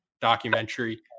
documentary